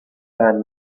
san